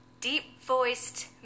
deep-voiced